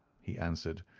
he answered,